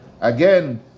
Again